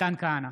מתן כהנא,